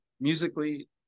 musically